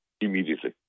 immediately